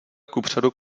kupředu